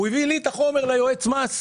הוא העביר את החומר ליועץ מס שלו.